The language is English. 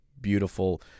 beautiful